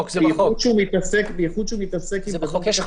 המעורבות של נושה מתמצת בהגשת תביעת